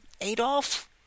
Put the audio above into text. Adolf